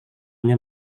nya